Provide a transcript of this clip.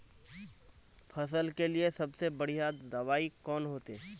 फसल के लिए सबसे बढ़िया दबाइ कौन होते?